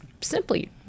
simply